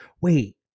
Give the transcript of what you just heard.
wait